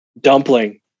Dumpling